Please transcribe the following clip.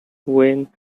when